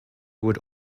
would